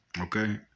Okay